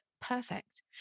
perfect